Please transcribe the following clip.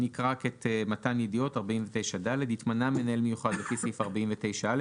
מקריא את סעיף 49ד: מתן ידיעות 49ד.התמנה מנהל מיוחד לפי סעיף 49א,